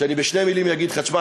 ואני בשתי מילים אגיד לך: תשמע,